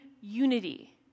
unity